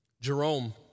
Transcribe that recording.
Jerome